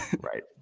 right